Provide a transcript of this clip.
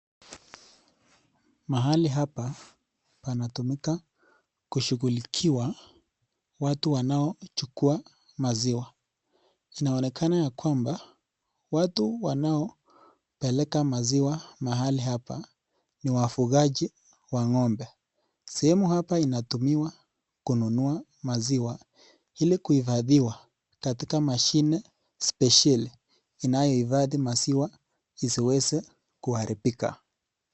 Mahali hapa panatumika kushughulikiwa watu wanaochukua maziwa, inaonekana yakwamba watu wanaopeleka maziwa mahali hapa ni wafugazi wa ng'ombe, sehemu hapa inatumiwa kununua maziwa ili kuhifathiwa katika mashine spesheli inayo. hifathi maziwa isiweze kuharibika.